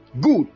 Good